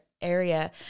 area